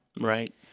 Right